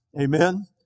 Amen